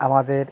আমাদের